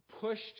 pushed